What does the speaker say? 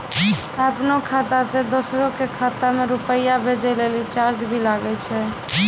आपनों खाता सें दोसरो के खाता मे रुपैया भेजै लेल चार्ज भी लागै छै?